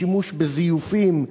שימוש בזיופים,